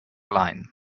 line